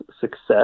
success